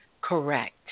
correct